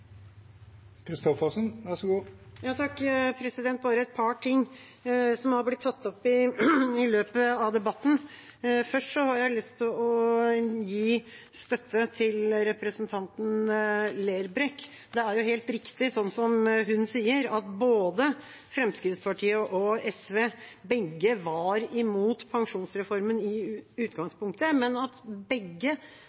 par ting som har blitt tatt opp i løpet av debatten. Først har jeg lyst til å gi støtte til representanten Lerbrekk. Det er jo helt riktig som hun sier, at både Fremskrittspartiet og SV var imot pensjonsreformen i